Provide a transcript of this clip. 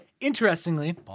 interestingly